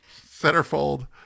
Centerfold